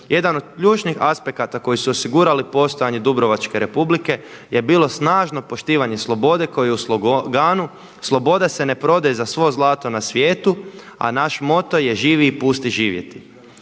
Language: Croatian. Jedan od ključnih aspekata koji su osigurali postojanje Dubrovačke Republike je bilo snažno poštivanje slobode koji je u sloganu „Sloboda se ne prodaje za svo zlato na svijetu, a naš moto je živi i pusti živjeti!“.